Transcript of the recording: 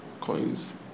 Coins